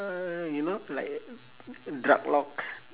uh you know like drug lord